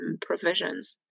provisions